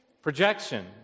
Projection